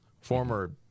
former